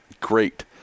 Great